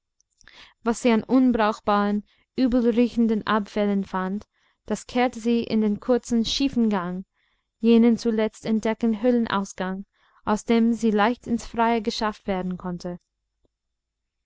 was sie an unbrauchbaren übelriechenden abfällen fand das kehrte sie in den kurzen schiefen gang jenen zuletzt entdeckten höhlenausgang aus dem sie leicht ins freie geschafft werden konnten